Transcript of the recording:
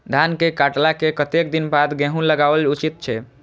धान के काटला के कतेक दिन बाद गैहूं लागाओल उचित छे?